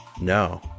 No